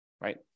Right